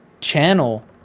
channel